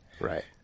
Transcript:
Right